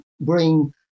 bring